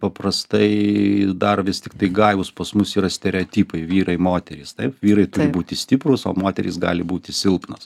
paprastai dar vis tiktai gajūs pas mus yra stereotipai vyrai moterys taip vyrai turi būti stiprūs o moterys gali būti silpnos